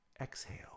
Exhale